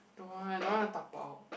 don't want I don't want to dapao